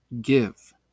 give